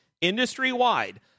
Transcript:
industry-wide –